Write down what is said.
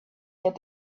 that